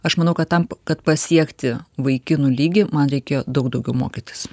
aš manau kad tam kad pasiekti vaikinų lygį man reikėjo daug daugiau mokytis